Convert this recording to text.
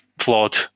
flawed